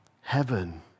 heaven